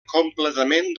completament